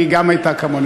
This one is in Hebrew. כי היא גם הייתה כמוני,